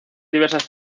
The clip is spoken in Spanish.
diversas